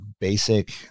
basic